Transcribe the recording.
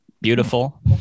Beautiful